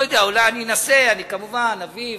אני לא יודע, אני אנסה, אני כמובן אביא.